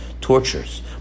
tortures